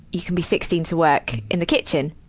you could be sixteen to work in the kitchen.